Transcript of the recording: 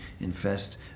infest